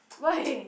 why